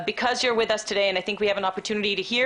משום שאתם נמצאים אתנו היום ויש לנו הזדמנות לשמוע